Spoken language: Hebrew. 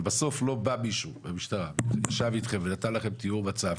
אבל בסוף לא בא מישהו מהמשטרה ישב איתם ונתן לכם תיאור מצב,